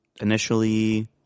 initially